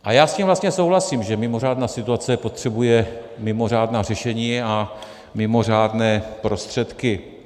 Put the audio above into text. A já s tím vlastně souhlasím, že mimořádná situace potřebuje mimořádná řešení a mimořádné prostředky.